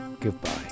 goodbye